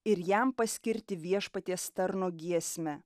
ir jam paskirti viešpaties tarno giesmę